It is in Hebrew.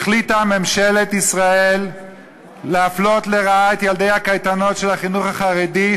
החליטה ממשלת ישראל להפלות לרעה את ילדי הקייטנות של החינוך החרדי,